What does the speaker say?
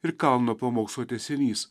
ir kalno pamokslo tęsinys